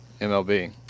MLB